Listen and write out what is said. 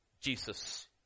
Jesus